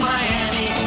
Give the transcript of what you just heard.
Miami